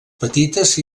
petites